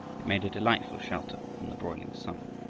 it made a delightful shelter from the broiling sun.